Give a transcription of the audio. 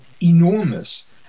enormous